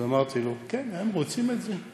אז אמרתי לו: כן, הם רוצים את זה.